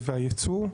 והייצוא,